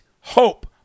hope